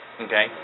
Okay